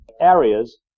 areas